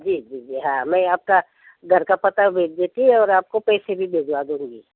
जी जी जी हाँ मैं आपको घर का पता भेज देती और आपको पैसे भी भिजवा दे रही है